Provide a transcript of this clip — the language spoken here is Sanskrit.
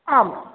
आम्